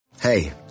hey